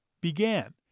began